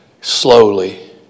slowly